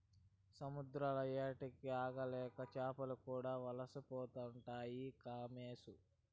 సముద్రాల ఏడికి ఆగలేక చేపలు కూడా వలసపోతుండాయి కామోసు